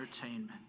entertainment